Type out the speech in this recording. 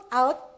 out